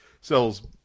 sells